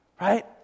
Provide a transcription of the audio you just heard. right